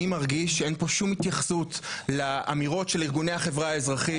מרגיש שאין פה שום התייחסות לאמירות של ארגוני החברה האזרחית.